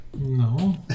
No